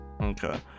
Okay